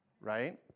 right